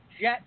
jet